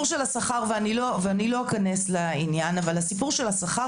אני לא אכנס לעניין אבל הסיפור של השכר